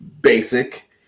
basic